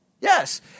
Yes